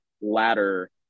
ladder